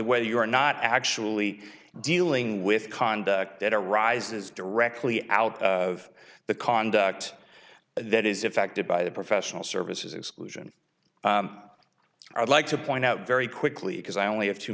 way you're not actually dealing with conduct that arises directly out of the conduct that is effected by the professional services exclusion i would like to point out very quickly because i only have t